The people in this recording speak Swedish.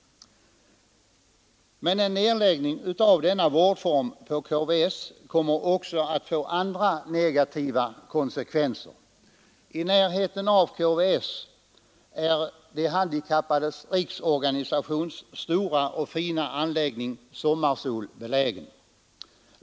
Men en nedläggning av denna vårdform på KVS kommer också att få andra negativa konsekvenser. I närheten av KVS är De handikappades riksförbunds stora och fina anläggning Sommarsol belägen.